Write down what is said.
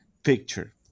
picture